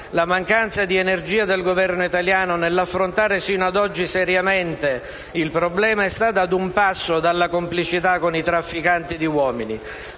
La mancanza di energia del Governo italiano nell'affrontare sino ad oggi seriamente il problema è stata ad un passo dalla complicità con i trafficanti di uomini.